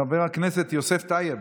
חבר הכנסת יוסף טייב,